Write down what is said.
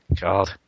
God